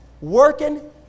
working